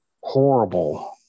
horrible